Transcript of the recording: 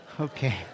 Okay